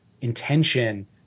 intention